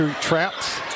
traps